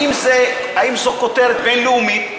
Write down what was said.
האם זו כותרת בין-לאומית?